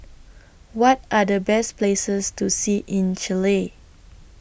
What Are The Best Places to See in Chile